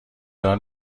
دار